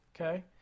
Okay